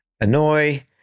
annoy